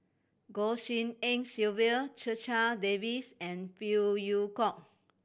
Goh Tshin En Sylvia Checha Davies and Phey Yew Kok